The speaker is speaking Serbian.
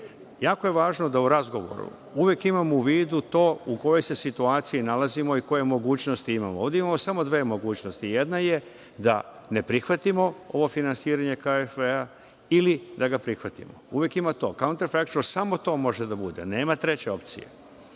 je važno da u razgovoru uvek imamo u vidu to u kojoj se situaciji nalazimo i koje mogućnosti imamo. Ovde imamo samo dve mogućnosti, jedna je da ne prihvatimo ovo finansiranje KFW ili da ga prihvatimo. Uvek ima to, KFW, samo to može da bude, nema treće opcije. Što